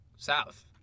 South